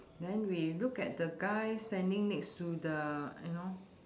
then we look at the guy standing next to the you know